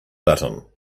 button